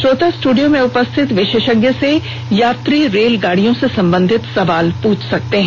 श्रोता स्टूडियो में उपस्थित विशेषज्ञ से यात्री रेलगाड़ियों से संबंधित सवाल पूछ सकते हैं